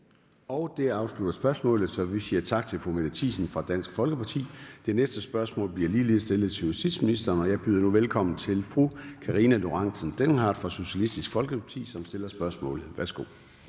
Det afslutter spørgsmålet, så vi siger tak til fru Mette Thiesen fra Dansk Folkeparti. Det næste spørgsmål bliver ligeledes stillet til justitsministeren, og jeg byder nu velkommen til fru Karina Lorentzen Dehnhardt fra Socialistisk Folkeparti, som stiller spørgsmålet. Kl.